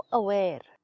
aware